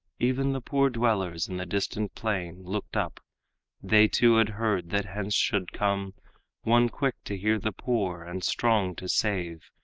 even the poor dwellers in the distant plain looked up they too had heard that hence should come one quick to hear the poor and strong to save.